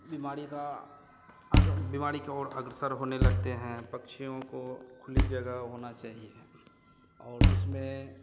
बिमारी का अग बिमारी की ओर अग्रसर होने लगते हैं पक्षियों को खुली जगह होनी चाहिए और उसमें